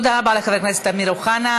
תודה רבה לחבר הכנסת אמיר אוחנה.